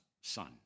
Son